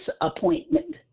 appointment